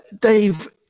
Dave